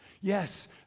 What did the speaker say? Yes